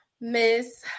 Miss